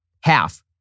Half